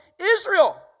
Israel